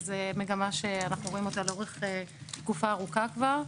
זאת מגמה שאנחנו רואים כבר לאורך תקופה ארוכה.